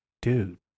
dude